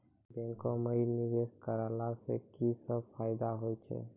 बैंको माई निवेश कराला से की सब फ़ायदा हो छै?